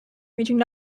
reaching